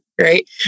right